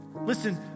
Listen